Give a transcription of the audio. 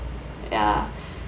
ya